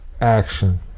action